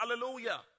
Hallelujah